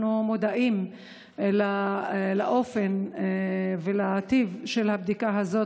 אנחנו מודעים לאופן ולטיב הבדיקה הזאת,